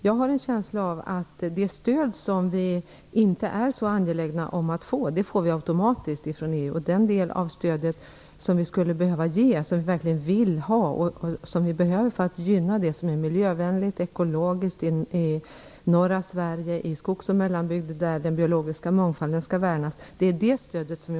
Jag har en känsla av att det stöd som vi inte är så angelägna om att få, det får vi automatiskt från EU, medan vi måste vara med och medfinansiera den del av stödet som vi skulle behöva, som vi verkligen vill ha och som vi behöver för att gynna det jordbruk som är miljövänligt och ekologiskt och som bedrivs i norra Sverige, i skogs och mellanbygder där den biologiska mångfalden skall värnas.